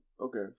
Okay